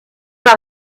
par